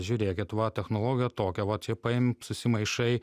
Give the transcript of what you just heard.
žiūrėkit va technologija tokia va čia paimi susimaišai